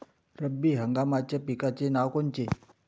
रब्बी हंगामाच्या पिकाचे नावं कोनचे?